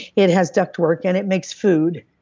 it has duct work and it makes food.